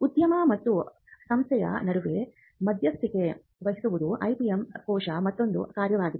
ಉದ್ಯಮ ಮತ್ತು ಸಂಸ್ಥೆಯ ನಡುವೆ ಮಧ್ಯಸ್ಥಿಕೆ ವಹಿಸುವುದು ಐಪಿಎಂ ಕೋಶದ ಮತ್ತೊಂದು ಕಾರ್ಯವಾಗಿದೆ